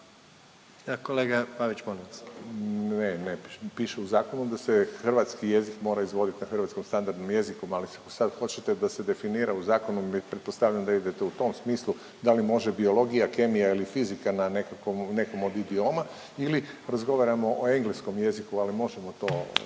Kolega Pavić, molim vas./... Ne, netočno. Piše u zakonu da se hrvatski jezik mora izvoditi na hrvatskom standardnom jeziku, ali sad hoćete da se definira u Zakonu, pretpostavljam da idete u tom smislu, da li može biologija, kemija ili fizika na nekakvom, nekom od idioma ili razgovaramo o engleskom jeziku, ali možemo to